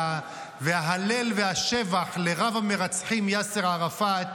ההלל והשבח לרב-המרצחים יאסר ערפאת,